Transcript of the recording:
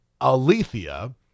Alethea